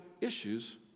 issues